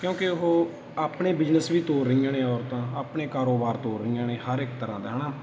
ਕਿਉਂਕਿ ਉਹ ਆਪਣੇ ਬਿਜਨਸ ਵੀ ਤੋਰ ਰਹੀਆਂ ਨੇ ਔਰਤਾਂ ਆਪਣੇ ਕਾਰੋਬਾਰ ਤੋਰ ਰਹੀਆਂ ਨੇ ਹਰ ਇੱਕ ਤਰ੍ਹਾਂ ਦਾ ਹੈ ਨਾ